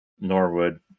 Norwood